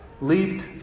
leaped